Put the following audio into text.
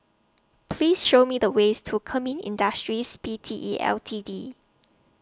Please Show Me The ways to Kemin Industries P T E L T D